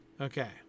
Okay